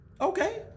Okay